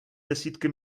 desítky